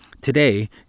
today